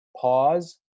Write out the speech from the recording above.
pause